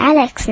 Alex